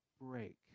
break